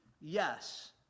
Yes